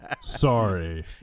Sorry